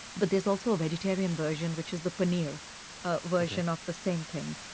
but there's also a vegetarian version, which is the paneer ah version of the same thing.